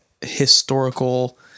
historical